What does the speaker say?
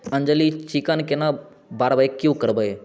अञ्जली chicken केना barbecue करबै